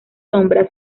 sombra